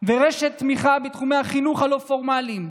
ורשת תמיכה בתחומי החינוך הלא-פורמלי,